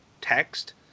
text